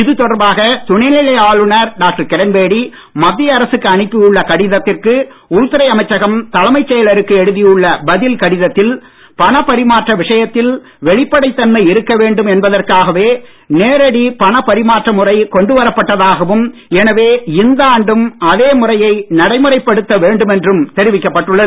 இது தொடர்பாக துணை நிலை ஆளுநர் டாக்டர் கிரண்பேடி மத்திய அரசுக்கு அனுப்பி உள்ள கடிதத்திற்கு உள்துறை அமைச்சகம் தலைமைச் செயலுக்கு எழுதியுள்ள பதில் கடிதத்தில் பணப்பரிமாற்ற விசயத்தில் வெளிப்படைத் தன்மை இருக்க வேண்டும் என்பதற்காகவே நேரடி பணப்பரிமாற்ற முறை கொண்டுவரப்பட்டதாகவும் எனவே இந்த ஆண்டும் அதே முறையே நடைமுறைப்படுத்தப்பட வேண்டும் என்றும் தெரிவிக்கப்பட்டுள்ளது